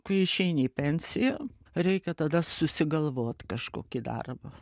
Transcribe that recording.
kai išeini į pensiją reikia tada susigalvot kažkokį darbą